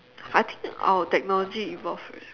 I think our technology evolved eh